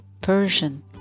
Persian